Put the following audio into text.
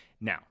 Now